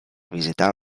visitar